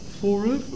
forever